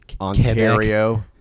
Ontario